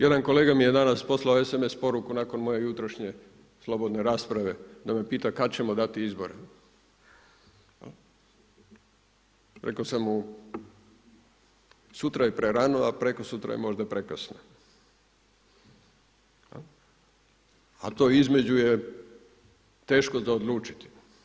Jedan kolega mi je danas poslao SMS poruku nakon moje jutrošnje slobodne rasprave da me pita kada ćemo dati izbore. rekao sam mu, sutra je prerano, a prekosutra je možda prekasno, a to između je teško za odlučiti.